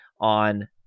on